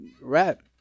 rap